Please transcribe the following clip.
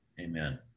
Amen